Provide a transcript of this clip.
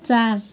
चार